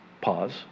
Pause